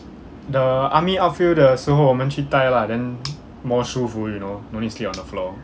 the army outfield 的时候我们去带 lah then more 舒服 you know no need sleep on the floor